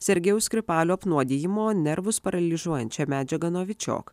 sergėjaus skripalio apnuodijimo nervus paralyžiuojančia medžiaga novičiok